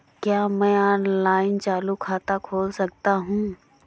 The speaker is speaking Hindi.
क्या मैं ऑनलाइन चालू खाता खोल सकता हूँ?